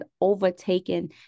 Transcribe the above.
overtaken